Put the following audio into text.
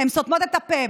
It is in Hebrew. הן סותמות את הפה.